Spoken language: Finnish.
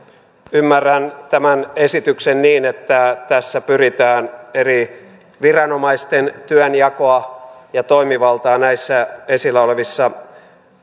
ymmärrän tämän esityksen niin että tässä pyritään eri viranomaisten työnjakoa ja toimivaltaa näissä esillä olevissa